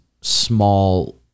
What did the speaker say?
small